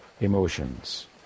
emotions